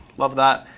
love that.